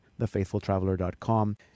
thefaithfultraveler.com